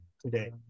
today